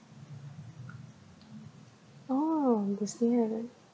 oh the singing outlet